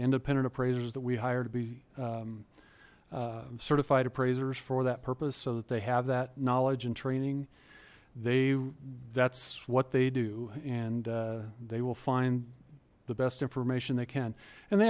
independent appraisers that we hire to be certified appraisers for that purpose so that they have that knowledge and training they that's what they do and they will find the best information they can and they